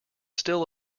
still